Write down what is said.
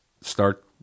start